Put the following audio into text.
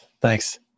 Thanks